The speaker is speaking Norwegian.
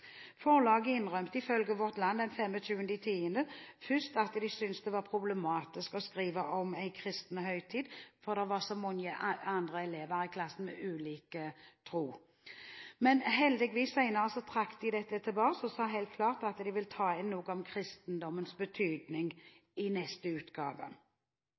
at de syntes det var problematisk å skrive om en kristen høytid fordi elever i en klasse har ulik tro. Senere trakk de heldigvis dette tilbake og sa helt klart at de ville ta inn noe om kristendommens betydning i neste utgave.